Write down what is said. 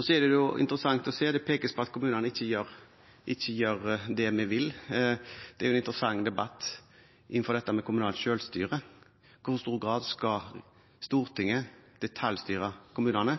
Så er det interessant å se at det pekes på at kommunene ikke gjør det vi vil. Det er en interessant debatt innenfor dette med kommunalt selvstyre. I hvor stor grad skal Stortinget detaljstyre kommunene?